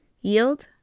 yield